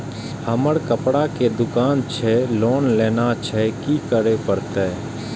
हमर कपड़ा के दुकान छे लोन लेनाय छै की करे परतै?